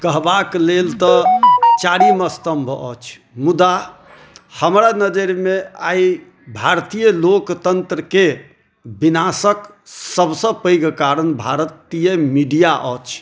कहबाके लेल तऽ चारीम स्तम्भ अछि मुदा हमरा नजरिमे आइ भारतीय लोकतंत्रके विनाशक सबसँ पैघ कारण भारतीय मीडिआ अछि